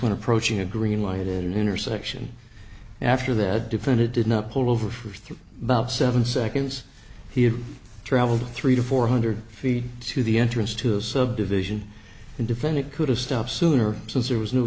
when approaching a green light intersection after that defended did not pull over for through about seven seconds he had travelled three to four hundred feet to the entrance to a subdivision and defend it could have stopped sooner since there was no